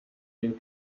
den